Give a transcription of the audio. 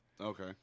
Okay